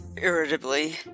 irritably